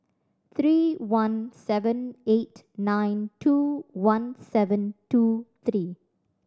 three one seven eight nine two one seven two three